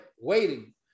Waiting